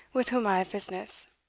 with whom i have business.